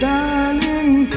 Darling